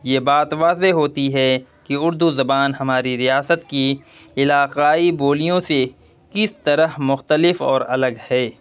یہ بات واضح ہوتی ہے کہ اردو زبان ہماری ریاست کی علاقائی بولیوں سے کس طرح مختلف اور الگ ہے